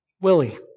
Willie